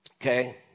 okay